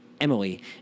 emily